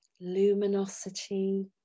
luminosity